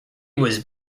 was